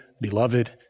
beloved